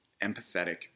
empathetic